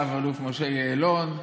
רב-אלוף משה יעלון,